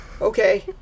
Okay